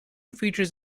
features